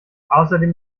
außerdem